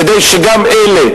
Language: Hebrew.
כדי שגם אלה,